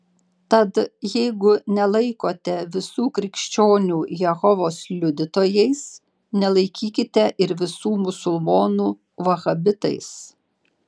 tad jeigu nelaikote visų krikščionių jehovos liudytojais nelaikykite ir visų musulmonų vahabitais